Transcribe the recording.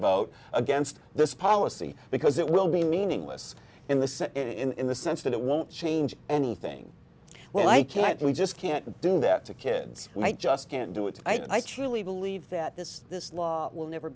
vote against this policy because it will be meaningless in the sense in the sense that it won't change anything well i can't we just can't do that to kids who might just can't do it i truly believe that this this law will never